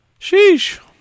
sheesh